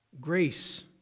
Grace